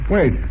Wait